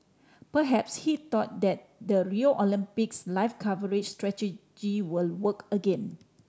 perhaps he thought that the Rio Olympics live coverage strategy will work again